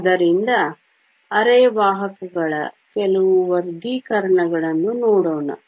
ಆದ್ದರಿಂದ ಅರೆವಾಹಕಗಳ ಕೆಲವು ವರ್ಗೀಕರಣಗಳನ್ನು ನೋಡೋಣ